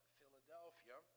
Philadelphia